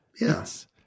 Yes